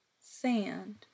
Sand